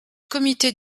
comité